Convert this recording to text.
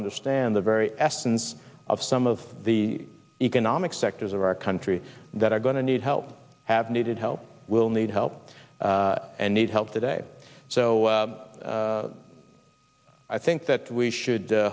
understand the very essence of some of the economic sectors of our country that are going to need help have needed help will need help and need help today so i think that we should